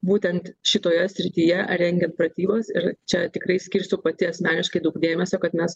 būtent šitoje srityje rengiant pratybas ir čia tikrai skirsiu pati asmeniškai daug dėmesio kad mes